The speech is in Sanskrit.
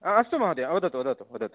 हा अस्तु महोदय वदतु वदतु वदतु